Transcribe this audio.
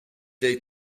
day